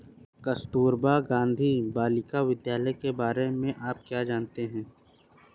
कस्तूरबा गांधी बालिका विद्यालय के बारे में आप क्या जानते हैं?